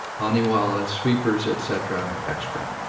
pahnee-wallahs, sweepers, etc, extra.